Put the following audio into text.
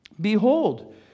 Behold